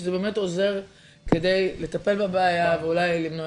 שזה באמת עוזר כדי לטפל בבעיה ואולי למנוע